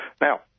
Now